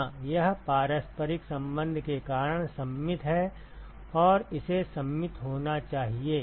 हाँ यह पारस्परिक संबंध के कारण सममित है और इसे सममित होना चाहिए